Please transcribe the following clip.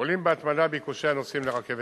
עולים בהתמדה ביקושי הנוסעים לרכבת.